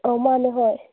ꯑꯧ ꯃꯥꯅꯦ ꯍꯣꯏ